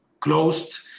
closed